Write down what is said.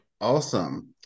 Awesome